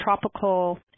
tropical